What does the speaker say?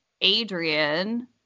Adrian